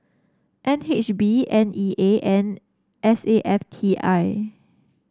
N H B N E A and S A F T I